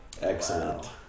Excellent